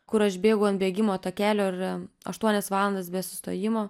kur aš bėgu ant bėgimo takelio ir aštuonias valandas be sustojimo